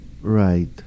Right